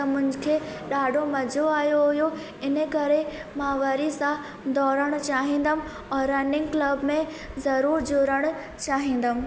त मूंखे ॾाढो मज़ो आहियो हुओ इन करे मां वरी सां दौड़णु चाहींदमि और रनिंग क्लब में ज़रूरु जुड़णु चाहींदमि